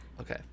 Okay